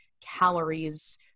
calories